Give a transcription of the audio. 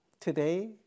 today